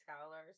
scholars